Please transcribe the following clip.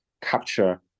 capture